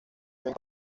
bien